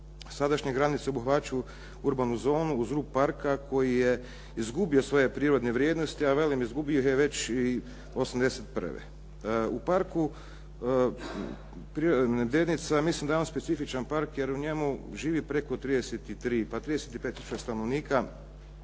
Sadašnje granice obuhvaćaju urbanu zonu uz rub parka koji je izgubio svoje prirodne vrijednosti, a velim izgubio ih je već i '81. U Parku prirode Medvednica mislim da je on specifičan park jer u njemu živi preko 33, pa 35 tisuća stanovnika,